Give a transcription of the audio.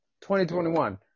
2021